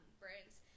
brands